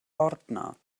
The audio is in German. ordner